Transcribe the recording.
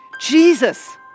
Jesus